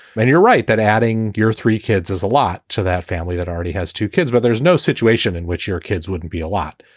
maybe you're right that adding your three kids is a lot to that family that already has two kids. but there's no situation in which your kids wouldn't be a lot,